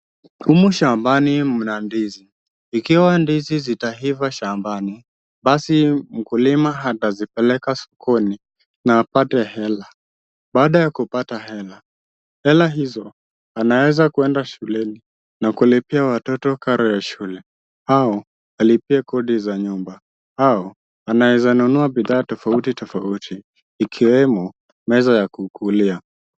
Humu shambani mna ndizi, ikiwa ndizi zitaifa shambani basi mkulima atazipeleka sokoni na apate hela. Baada ya kupata hela ,hela hizo anaweza kuenda shuleni na kulipia watoto karo ya shule au alipie kodi za nyumba au anaweza nunua bidhaa tofautitofauti ikiwemo meza ya kukulia.